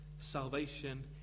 salvation